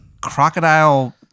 crocodile